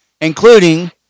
including